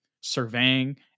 surveying